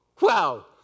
Wow